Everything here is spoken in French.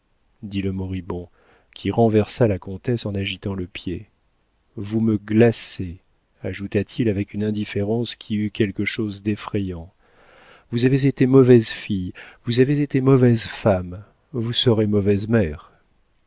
dit le moribond qui renversa la comtesse en agitant le pied vous me glacez ajouta-t-il avec une indifférence qui eut quelque chose d'effrayant vous avez été mauvaise fille vous avez été mauvaise femme vous serez mauvaise mère